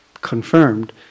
confirmed